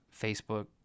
Facebook